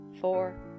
four